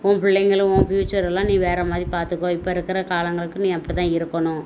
உன் பிள்ளைங்களும் உன் ஃப்யூச்சரெல்லாம் நீ வேறு மாதிரி பார்த்துக்கோ இப்போ இருக்கிற காலங்களுக்கு நீ அப்படி தான் இருக்கணும்